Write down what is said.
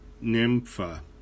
Nympha